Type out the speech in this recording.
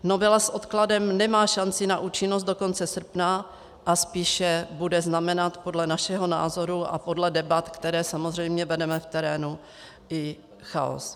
Novela s odkladem nemá šanci na účinnost do konce srpna a spíše bude znamenat podle našeho názoru a podle debat, které samozřejmě vedeme v terénu, i chaos.